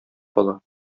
кала